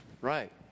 Right